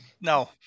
No